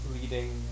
leading